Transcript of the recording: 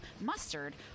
mustard